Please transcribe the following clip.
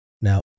Now